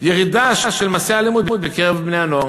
ירידה של מעשי האלימות בקרב בני-הנוער.